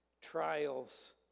trials